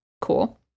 Cool